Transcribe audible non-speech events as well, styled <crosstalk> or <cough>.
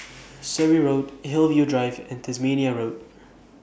<noise> Surrey Road Hillview Drive and Tasmania Road